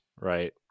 right